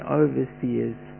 overseers